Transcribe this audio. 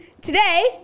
Today